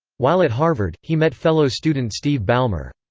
while at harvard, he met fellow student steve ballmer.